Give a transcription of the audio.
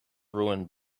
ruined